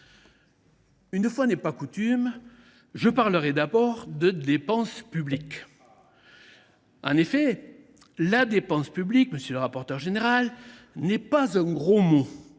Une fois n’est pas coutume, je parlerai d’abord de dépenses publiques. Ah ! En effet, la dépense publique, monsieur le rapporteur général, n’est pas un gros mot.